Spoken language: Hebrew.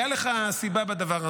הייתה לך סיבה בדבר הזה.